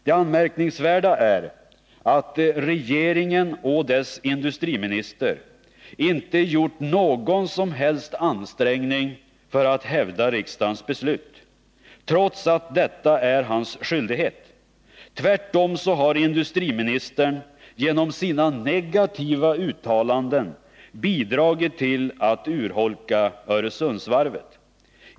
Det anmärkningsvärda är att regeringen och dess industriminister inte gjort någon som helst ansträngning för att hävda riksdagens beslut, trots att detta är industriministerns skyldighet. Tvärtom har industriministern genom sina negativa uttalanden bidragit till att urholka Öresundsvarvet.